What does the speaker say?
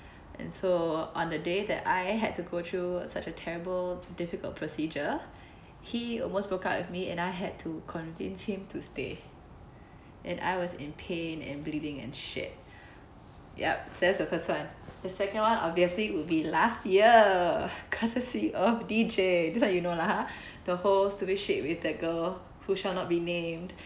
and so on the day that I had to go through such a terrible and difficult procedure he almost broke up with me and I had to convince him to stay and I was in pain and bleeding and shit ya so that's the first one the second one obviously will be last year courtesy of D_J this one you know lah !huh! the whole stupid shit with the girl who shall not be named